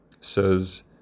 says